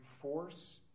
force